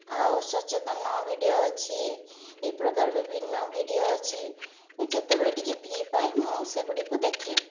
ଆଉ ସଚେତନ ଭିଡ଼ିଓ ଅଛି ଏହି ପ୍ରକାର ବିଭିନ୍ନ ଭିଡ଼ିଓ ଅଛି ଯେତେବେଳେ ଟିକିଏ ଫ୍ରି ପାଏ ମୁଁ ସେଗୁଡ଼ିକୁ ଦେଖେ